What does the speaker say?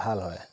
ভাল হয়